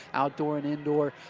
outdoor and indoor,